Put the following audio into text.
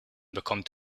bekommt